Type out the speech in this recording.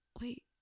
wait